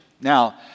Now